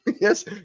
Yes